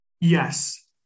Yes